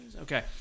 Okay